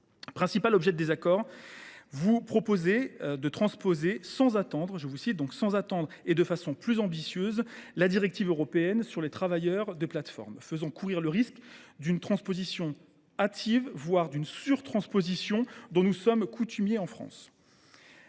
Principal objet de désaccord entre nous, vous proposez de transposer « sans attendre » et « de la façon la plus ambitieuse » la directive européenne sur les travailleurs des plateformes, faisant courir le risque d’une transposition hâtive, voire d’une surtransposition, une pratique dont nous sommes coutumiers en France.